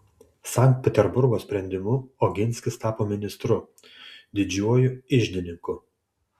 sankt peterburgo sprendimu oginskis tapo ministru didžiuoju iždininku